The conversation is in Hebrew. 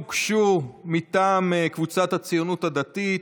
הסתייגויות הוגשו מטעם קבוצת סיעת הציונות הדתית,